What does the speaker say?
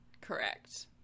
correct